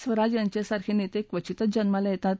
स्वराज यांच्यासारखे नेते क्वचितच जन्माला येतात